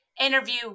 interview